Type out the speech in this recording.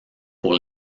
pour